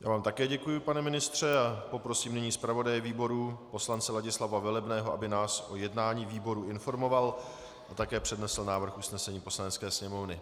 Já vám také děkuju, pane ministře, a poprosím nyní zpravodaje výboru poslance Ladislava Velebného, aby nás o jednání výboru informoval a také přednesl návrh usnesení Poslanecké sněmovny.